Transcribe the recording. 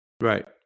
Right